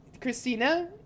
Christina